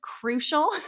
crucial